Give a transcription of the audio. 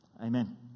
Amen